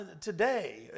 today